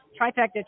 trifecta